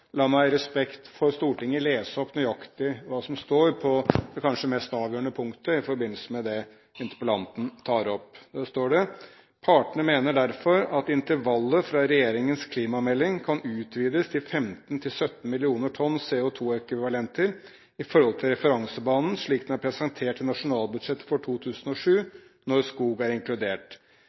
La meg i respekt for Stortinget lese opp nøyaktig hva som står på det kanskje mest avgjørende punktet i forbindelse med det interpellanten tar opp. Der står det: «Partene mener derfor at intervallet fra Regjeringens klimamelding kan utvides til 15–17 mill. tonn CO2 ekvivalenter ift referansebanen slik den er presentert i nasjonalbudsjettet for 2007, når skog er inkludert.